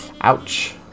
Ouch